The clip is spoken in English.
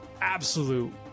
absolute